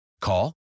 Call